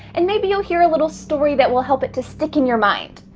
and maybe you'll hear a little story that will help it to stick in your mind.